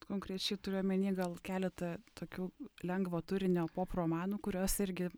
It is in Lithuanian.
konkrečiai turiu omeny gal keletą tokių lengvo turinio popromanų kuriuos irgi